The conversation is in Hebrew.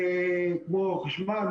כמו חשמל,